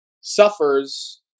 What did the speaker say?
suffers